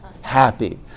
Happy